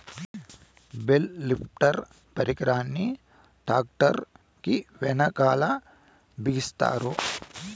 bale lifter పరికరాన్ని tractor కీ వెనకాల బిగిస్తారు